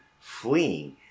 fleeing